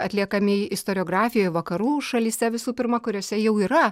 atliekami istoriografijoje vakarų šalyse visų pirma kuriose jau yra